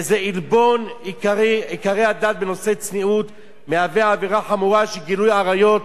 וזה עלבון עיקרי הדת בנושא צניעות ומהווה עבירה חמורה של גילוי עריות.